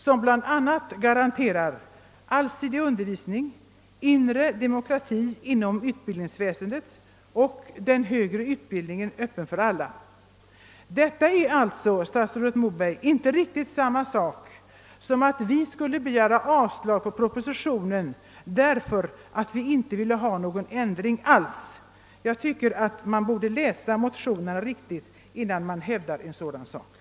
som bl.a. garanterar allsidig undervisning, inre demokrati inom utbildningsväsendet och den högre utbildningens öppnande för alla. Detta är, statsrådet Moberg, inte riktigt samma sak som att vi skulle yrka avslag på propositionen därför att vi inte ville ha någon ändring alls. Man bör läsa motionerna riktigt innan man. hävdar en sådan uppfattning.